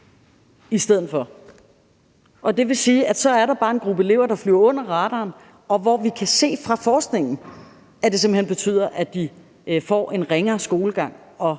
i stedet for, og så er der bare en gruppe elever, der flyver under radaren. Og vi kan se fra forskningen, at det simpelt hen betyder, at de får en ringere skolegang og